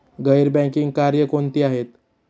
गैर बँकिंग कार्य कोणती आहेत?